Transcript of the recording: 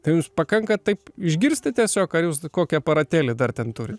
tai jus pakanka taip išgirsti tiesiog ar jūs kokį aparatėlį dar ten turit